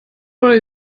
oder